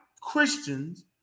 Christians